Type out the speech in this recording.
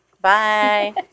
Bye